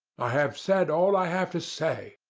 i have said all i have to say,